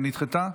נדחתה.